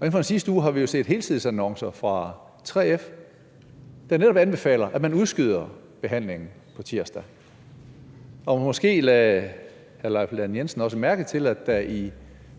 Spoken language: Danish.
Inden for den sidste uge har vi jo set helsidesannoncer fra 3F, der netop anbefaler, at man udskyder behandlingen på tirsdag. Og måske lagde hr. Leif Lahn Jensen også mærke til, at der i